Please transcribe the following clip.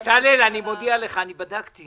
בצלאל, אני מודיע לך, אני בדקתי